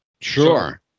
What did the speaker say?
Sure